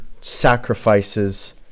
sacrifices